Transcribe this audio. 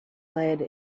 lead